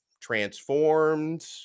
transformed